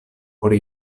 por